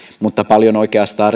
mutta oikeastaan